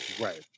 Right